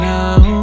now